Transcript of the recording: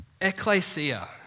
ecclesia